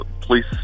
police